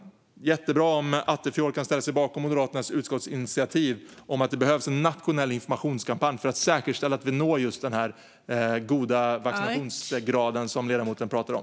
Det vore jättebra om Attefjord kunde ställa sig bakom Moderaternas utskottsinitiativ om att det behövs en nationell informationskampanj för att säkerställa att vi når den goda vaccinationsgrad som ledamoten pratar om.